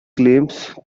claims